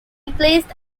replaced